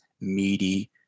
meaty